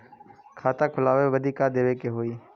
खाता खोलावे बदी का का देवे के होइ?